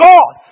God